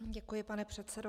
Děkuji pane předsedo.